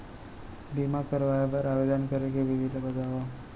बीमा करवाय बर आवेदन करे के विधि ल बतावव?